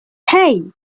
hey